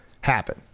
happen